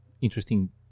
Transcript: interesting